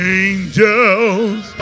angels